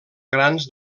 grans